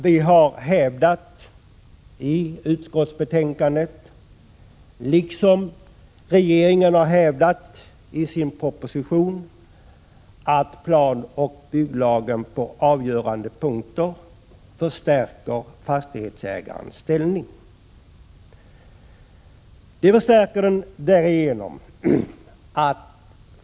Vi har hävdat i utskottsbetänkandet, liksom regeringen har hävdat i sin proposition, att planoch bygglagen på avgörande punkter förstärker fastighetsägarens ställning.